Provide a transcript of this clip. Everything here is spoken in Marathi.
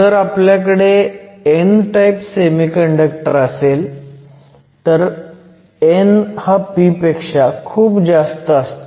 जर आपल्याकडे n टाईप कंडक्टर असेल तर n हा p पेक्षा खूप जास्त असतो